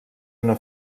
una